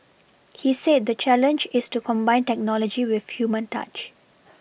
he said the challenge is to combine technology with human touch